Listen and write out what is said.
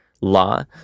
law